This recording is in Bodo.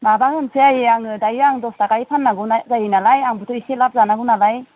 माबा होनसै आयै आङो दायो आङो दसथाखाहै फाननांगौ जायोनालाय आंबोथ' एसे लाब जानांगौनालाय